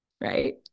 right